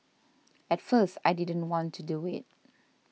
at first I didn't want to do it